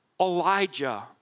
Elijah